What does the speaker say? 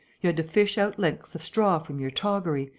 you had to fish out lengths of straw from your toggery,